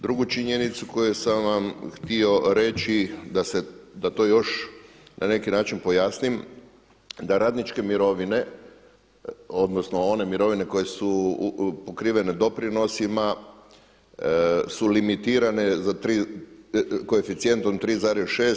Drugu činjenicu koju sam vam htio reći, da to još na neki način pojasnim, da radničke mirovine, odnosno one mirovine koje su pokrivene doprinosima su limitirane koeficijentom 3,6.